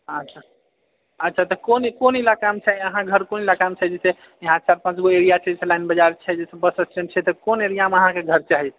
अच्छा अच्छा तऽ कोन ईलाकामे चाही अहाँकेँ घर कोन ईलाकामे चाही जे छै हाट सबपर लेबै की लाइन बाजार छै बस स्टैण्ड छै तऽ कोन एरियामे अहाँकेँ घर चाही